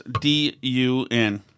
D-U-N